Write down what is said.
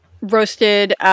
roasted